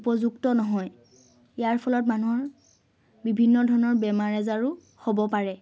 উপযুক্ত নহয় ইয়াৰ ফলত মানুহৰ বিভিন্ন ধৰণৰ বেমাৰ আজাৰো হ'ব পাৰে